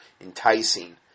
enticing